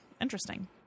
interesting